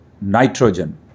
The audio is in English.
nitrogen